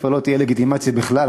כבר לא תהיה לגיטימציה בכלל,